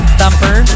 thumper